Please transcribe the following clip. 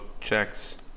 checks